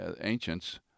ancients